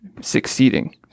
succeeding